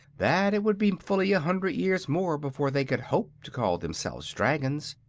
that it would be fully a hundred years more before they could hope to call themselves dragons,